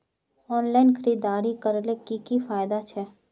Online खरीदारी करले की की फायदा छे?